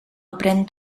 aprén